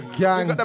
gang